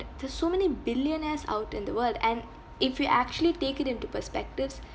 there're so many billionaires out in the world and if we actually take it into perspectives